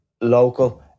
local